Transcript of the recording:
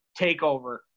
takeover